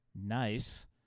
Nice